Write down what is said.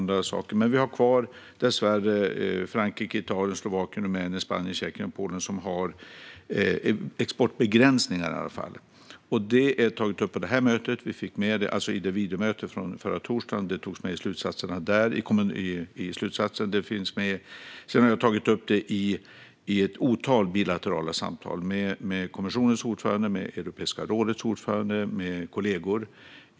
Dessvärre har Frankrike, Italien, Slovakien, Rumänien, Spanien, Tjeckien och Polen kvar exportbegränsningar. Det togs upp på videomötet förra torsdagen, och det finns med i slutsatserna därifrån. Jag har också tagit upp det i ett flertal bilaterala samtal, med kommissionens ordförande, med Europeiska rådets ordförande och med kollegor.